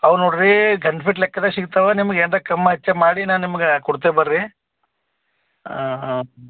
ಅವ ನೋಡಿ ರೀ ಟೆನ್ ಫೀಟ್ ಲೆಕ್ದಾಗ ಶಿಗ್ತಾವ ನಿಮ್ಗ ಏನ್ರ ಕಮ್ ಹೆಚ್ಚ ಮಾಡಿ ನಾನು ನಿಮ್ಗೆ ಕೊಡ್ತೀವಿ ಬರ್ರಿ ಹಾಂ ಹಾಂ